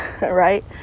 right